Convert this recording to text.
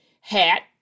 hat